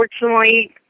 Unfortunately